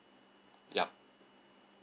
yup